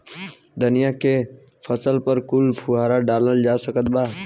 धनिया के फसल पर फुहारा डाला जा सकत बा?